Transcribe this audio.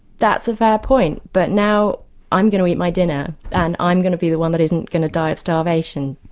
that's a valid point, but now i'm going to eat my dinner, and i'm going to be the one that isn't going to die of starvation.